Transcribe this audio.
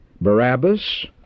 Barabbas